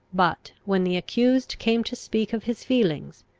but when the accused came to speak of his feelings,